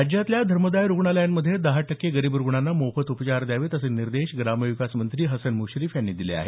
राज्यातल्या धर्मादाय रूग्णालयांमध्ये दहा टक्के गरीब रुग्णांना मोफत उपचार द्यावेत असे निर्देश ग्रामविकास मंत्री हसन मृश्रीफ यांनी दिले आहेत